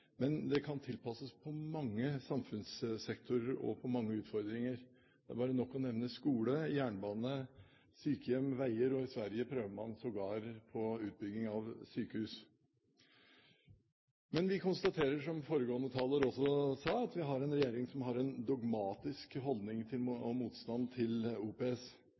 men det kan tilpasses mange samfunnssektorer og mange utfordringer – det er nok bare å nevne skole, jernbane, sykehjem, veier, og i Sverige prøver man sågar på utbygging av sykehus. Men vi konstaterer, som foregående taler også sa, at vi har en regjering som har en dogmatisk holdning til og motstand mot OPS.